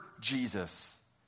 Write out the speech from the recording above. Jesus